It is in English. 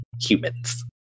humans